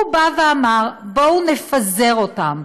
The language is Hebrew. הוא בא ואמר: בואו נפזר אותם.